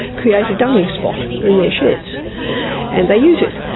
create a dunging spot in their sheds and they use it.